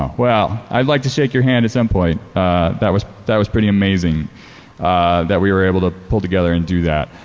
um well, i'd like to shake your hand at some point. that was that was pretty amazing that we were able to pull together and do that.